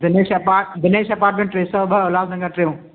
Dinesh apart Dinesh apartment टे सौ ॿ उल्हासनगर टियों